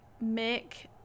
make